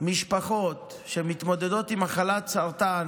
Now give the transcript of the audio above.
ממע"מ משפחות שמתמודדות עם מחלת סרטן